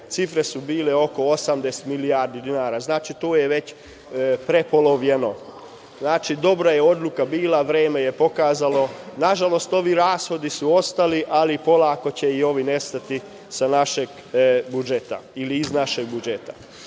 cifre su bile oko 80 milijardi dinara, znači tu je već prepolovljeno. Dobra je odluka bila, vreme je pokazalo. Nažalost, ovi rashodi su ostali, ali polako će i ovi nestati sa našeg budžeta ili iz našeg budžeta. Kao